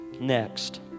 next